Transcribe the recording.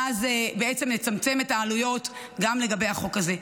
ואז בעצם נצמצם את העלויות גם לגבי החוק הזה.